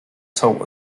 taught